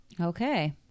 Okay